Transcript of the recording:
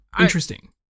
interesting